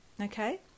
Okay